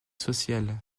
sociale